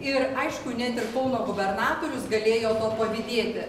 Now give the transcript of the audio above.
ir aišku net ir kauno gubernatorius galėjo pavydėti